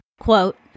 Quote